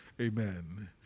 Amen